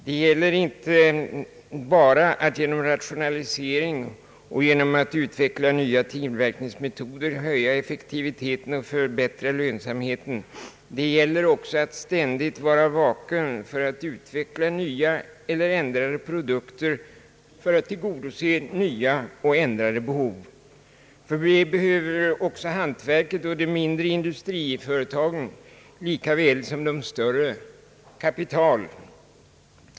Det gäller inte bara att genom rationalisering och genom att utveckla nya tillverkningsmetoder höja effektiviteten och förbättra lönsamheten, utan det gäller också att ständigt vara vaken för att utveckla nya eller ändrade produkter för att tillgodose nya och ändrade behov. För det behöver också hantverket och de mindre industriföretagen, lika väl som de större, kapital.